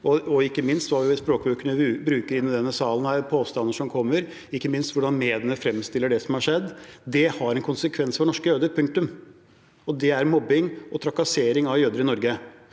og ikke minst språkbruken inne i denne salen – påstander som kommer, ikke minst hvordan mediene framstiller det som har skjedd – har en konsekvens for norske jøder. Punktum. Det er mobbing og trakassering av jøder i Norge.